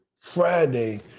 Friday